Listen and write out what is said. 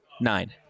Nine